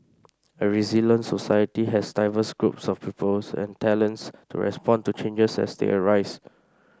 a resilient society has diverse groups of people and talents to respond to changes as they arise